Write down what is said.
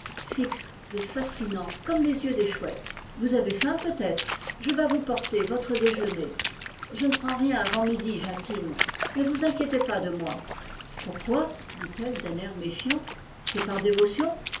et fascinants comme les yeux des chouettes vous avez faim peut-être je vas vous porter votre déjeuner je ne prends rien avant midi jacquine ne vous inquiétez pas de moi pourquoi dit-elle d'un air méfiant c'est par dévotion